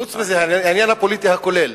חוץ מזה, העניין הפוליטי הכולל